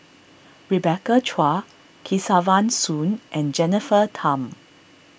Rebecca Chua Kesavan Soon and Jennifer Tham